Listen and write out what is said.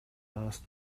asked